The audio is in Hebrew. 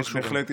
בהחלט,